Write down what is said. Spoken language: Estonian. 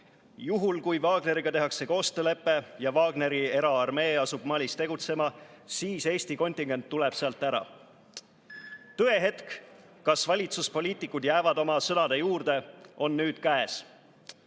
juhul kui Wagneriga tehakse koostöölepe ja Wagneri eraarmee asub Malis tegutsema, siis Eesti kontingent tuleb sealt ära." Tõehetk, kas valitsuspoliitikud jäävad oma sõnade juurde, on nüüd käes.